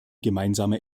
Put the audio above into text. gemeinsame